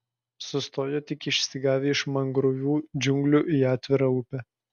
sustojo tik išsigavę iš mangrovių džiunglių į atvirą upę